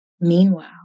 Meanwhile